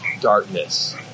darkness